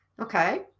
okay